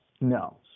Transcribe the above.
No